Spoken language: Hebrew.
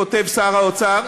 כותב שר האוצר,